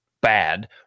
bad